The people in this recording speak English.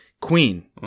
Queen